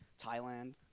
Thailand